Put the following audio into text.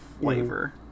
flavor